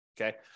Okay